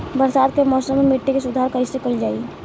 बरसात के मौसम में मिट्टी के सुधार कईसे कईल जाई?